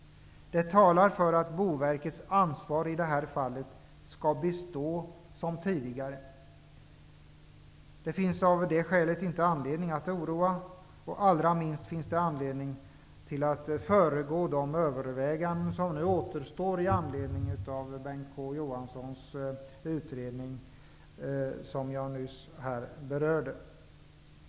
Det talar för att Boverkets ansvar i det här fallet skall bestå. Det finns av det skälet inte anledning att oroa, och allra minst finns det anledning att föregå de överväganden som nu återstår i anledning av Bengt K Å Johanssons utredning, som jag nyss berörde.